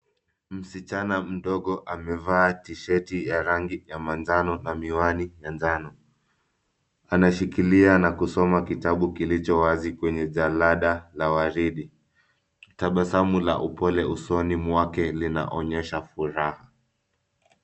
Msichana mdogo amevaa T-shirt ya rangi ya manjano na miwani ya njano. Anashikilia na kusoma kitabu kilichowazi kwenye jarada la waridi. Tabasamu la upole usoni mwake linaonyesha furaha.